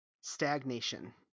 stagnation